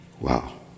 Wow